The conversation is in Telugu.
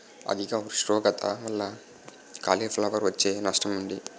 అధిక ఉష్ణోగ్రత వల్ల కాలీఫ్లవర్ వచ్చే నష్టం ఏంటి?